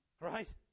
Right